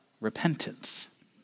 repentance